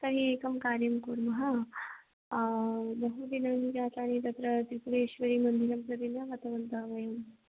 तर्हि एकं कार्यं कुर्मः बहुदिनानि जातानि तत्र त्रिपुरेश्वरीमन्दिरं प्रति न गतवन्तः वयं